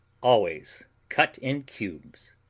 always cut in cubes.